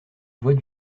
voix